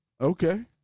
Okay